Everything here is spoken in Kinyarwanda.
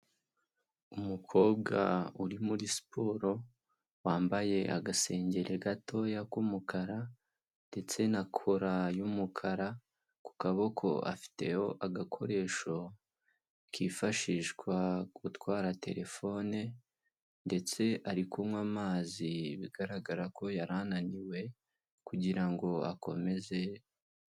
Umukobwa uri muri siporo wambaye agasengeri gatoya k'umukara, ndetse na kora y'umukara, ku kaboko afiteho agakoresho kifashishwa gutwara terefone, ndetse ari kunywa amazi bigaragara ko yari ananiwe, kugira ngo akomeze.